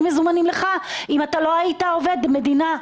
מזומנים לך אם אתה לא היית עובד מדינה.